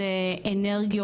הלאה אצלנו,